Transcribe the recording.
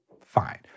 fine